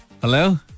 Hello